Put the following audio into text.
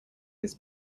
his